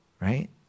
right